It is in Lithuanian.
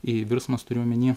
į virsmas turiu omeny